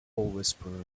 whisperer